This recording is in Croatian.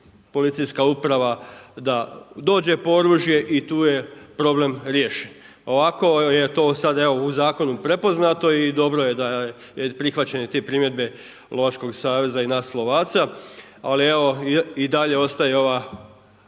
policijska uprava da dođe po oružje i tu je problem riješen. Ovako je to evo sada u zakonu prepoznato i dobro je su prihvaćene te primjedbe Lovačkog saveza i nas lovaca. Ali evo i dalje ostaje ova